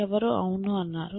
ఎవరో అవును అన్నారు